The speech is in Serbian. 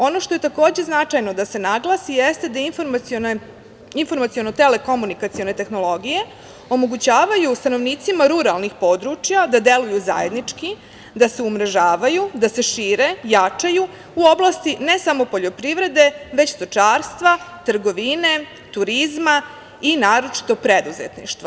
Ono što je takođe značajno da se naglasi jeste da informaciono-telekomunikacione tehnologije omogućavaju stanovnicima ruralnih područja da deluju zajednički, da se umrežavaju, da se šire, jačaju u oblasti ne samo poljoprivrede, već stočarstva, trgovine, turizma i naročito preduzetništva.